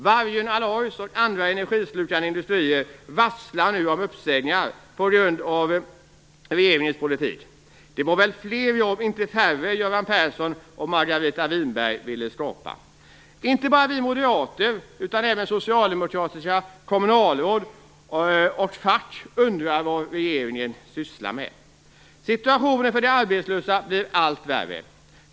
Vargön Alloys och andra energislukande industrier varslar nu om uppsägningar på grund av regeringens politik. Det var väl fler jobb och inte färre som Göran Persson och Margareta Winberg ville skapa? Inte bara vi moderater utan även socialdemokratiska kommunalråd och fack undrar vad regeringen sysslar med. Situationen för de arbetslösa blir allt värre.